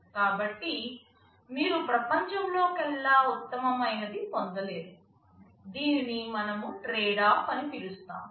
కాబట్టి మీరు ప్రపంచంలోకల్లా ఉత్తమమైనది పొందలేరు దీనిని మనము ట్రేడ్ఆఫ్ అని పిలుస్తాము